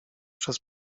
przez